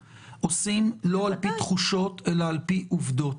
עושים לא על-פי תחושות אלא על-פי עובדות.